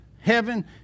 heaven